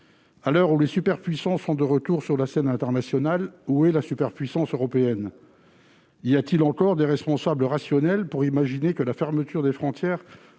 À l'heure où les superpuissances sont de retour sur la scène internationale, où est la superpuissance européenne ? Comment des responsables rationnels peuvent-ils imaginer que la fermeture de frontières